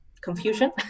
confusion